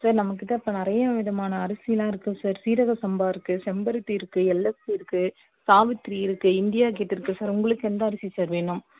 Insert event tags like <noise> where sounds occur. sir நம்ம கிட்ட இப்போ நிறைய விதமான அரிசியெலாம் இருக்குது சார் சீரக சம்பா இருக்குது செம்பருத்தி இருக்குது <unintelligible> இருக்குது சாவித்ரி இருக்குது இந்தியா கேட்டு இருக்குது சார் உங்களுக்கு எந்த அரிசி சார் வேணும்